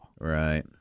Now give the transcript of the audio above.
Right